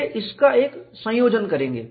वे इसका एक संयोजन करेंगे